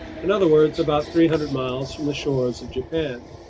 in other words, about three hundred miles from the shores of japan.